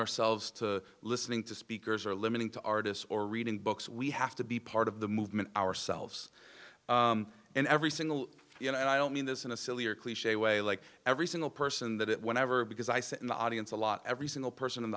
ourselves to listening to speakers or limiting to artists or reading books we have to be part of the movement ourselves and every single you know and i don't mean this in a silly or cliche way like every single person that it whenever because i sit in the audience a lot every single person in